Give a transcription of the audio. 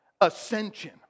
Ascension